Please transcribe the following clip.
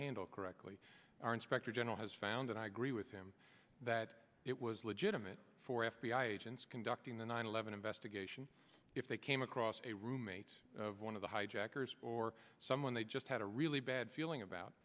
handle correctly our inspector general has found and i agree with him that it was legitimate for f b i agents conducting the nine eleven investigation if they came across a roommate of one of the hijackers or someone they just had a really bad feeling about